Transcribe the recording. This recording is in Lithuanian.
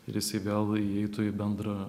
ir jisai vėl įeitų į bendrą